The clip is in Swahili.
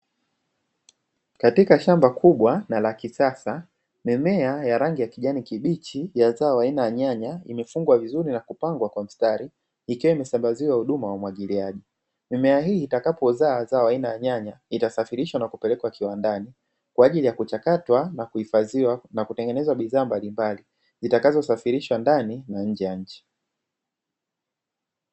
Katika shamba kubwa na la kisasa, mimea ya rangi ya kijani kibichi ya zao aina ya nyanya imefungwa vizuri na kupangwa kwa mtari, ikiwa imesambaziwa huduma ya umwagiliaji. Mimea hii itakapo zaa zao aina ya nyanya, itasafirishwa na kupelekwa kiwandani, kwaajili ya kuchakatwa na kuhifadhiwa na kutengenezwa bidhaa mbalimbali, zitakazo safirishwa ndani na nje ya nchi.